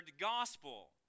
gospel